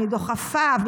מדוחפיו,